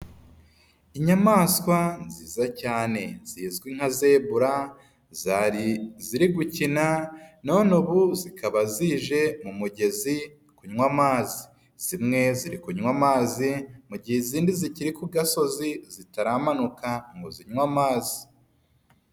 Inyamaswa nziza cyane zizwi nka zebura, zari ziri gukina none ubu zikaba zije mu mugezi kunywa amazi. Zimwe ziri kunywa amazi, mu gihe izindi zikiri ku gasozi zitaramanuka ngo zinywe amazi.